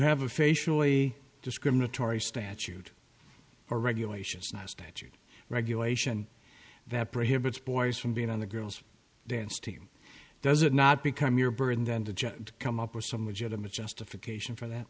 have a facially discriminatory statute or regulations neistat you regulation that prohibits boys from being on the girls dance team does it not become your burden then to come up with some legitimate justification for that